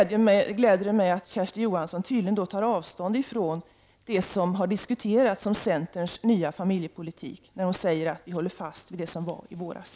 Det gläder mig att Kersti Johansson tydligen tar avstånd från det som har diskuterats om centerns nya familjepolitik när hon säger att centern håller fast vid det förslag som lades fram i våras.